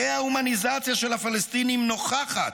דה-ההומניזציה של הפלסטינים "נוכחת,